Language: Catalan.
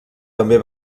també